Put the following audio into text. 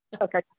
Okay